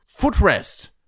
footrest